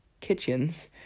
kitchens